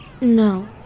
No